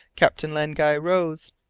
captain len guy rose.